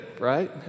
right